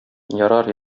ярар